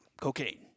Cocaine